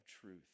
truth